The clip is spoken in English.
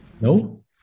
no